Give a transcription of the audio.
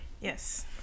Yes